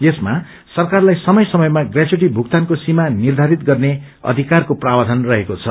यसमा सरकारलाई समय समयमा ब्रेच्यूटी भुग्तानको सीमा निर्धारित गर्ने अधिकारको प्रावधान रहेको छ